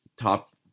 top